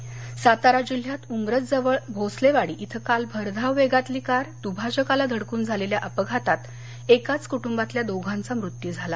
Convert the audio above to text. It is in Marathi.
अपघात सातारा जिल्ह्यात उंब्रज जवळ भोसलेवाडी इथं काल भरधाव वेगातली कार द्भाजकाला धडकून झालेल्या अपघातात एकाच कुटुंबातल्या दोघांचा मृत्यू झाला